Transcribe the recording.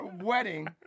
wedding